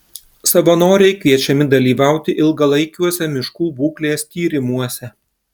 savanoriai kviečiami dalyvauti ilgalaikiuose miškų būklės tyrimuose